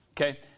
okay